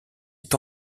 est